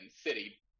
City